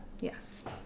Yes